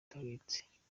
idahwitse